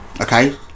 Okay